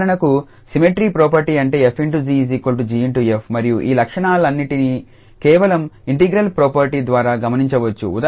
ఉదాహరణకు symmetry property అంటే 𝑓∗𝑔𝑔∗𝑓 మరియు ఈ లక్షణాలన్నింటినీ కేవలం ఇంటిగ్రల్ ప్రోపర్టీ ద్వారా గమనించవచ్చు